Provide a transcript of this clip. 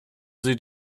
sie